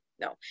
no